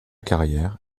carrière